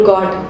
God